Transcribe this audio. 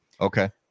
okay